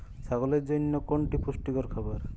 ছাগলের জন্য কোনটি পুষ্টিকর খাবার?